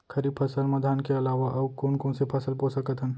खरीफ फसल मा धान के अलावा अऊ कोन कोन से फसल बो सकत हन?